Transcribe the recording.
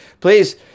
Please